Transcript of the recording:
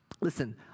listen